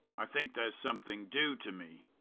i think there's some thing due to me.